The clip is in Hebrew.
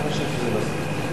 אני חושב שזה מספיק.